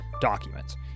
documents